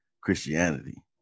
Christianity